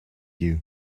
you